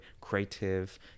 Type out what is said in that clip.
creative